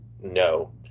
No